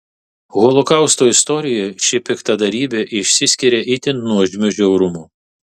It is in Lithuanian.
holokausto istorijoje ši piktadarybė išsiskiria itin nuožmiu žiaurumu